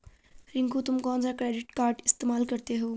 रिंकू तुम कौन सा क्रेडिट कार्ड इस्तमाल करते हो?